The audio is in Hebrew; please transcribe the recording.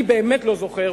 אני באמת לא זוכר,